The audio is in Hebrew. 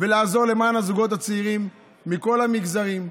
ולעזור לזוגות הצעירים מכל המגזרים,